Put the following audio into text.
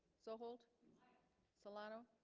so hold solano